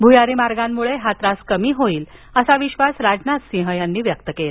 भूयारी मार्गांमुळं हा त्रास कमी होईल असं विश्वास राजनाथसिंह यांनी व्यक्त केला